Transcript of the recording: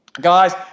Guys